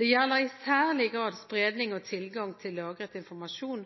Det gjelder i særlig grad spredning og tilgang til lagret informasjon